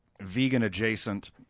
vegan-adjacent